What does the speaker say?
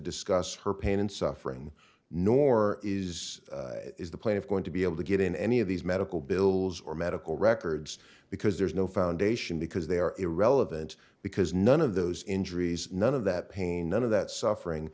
discuss her pain and suffering nor is the plaintiff going to be able to get in any of these medical bills or medical records because there's no foundation because they are irrelevant because none of those injuries none of that pain none of that suffering